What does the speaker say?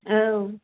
औ